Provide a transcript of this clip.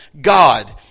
God